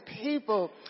people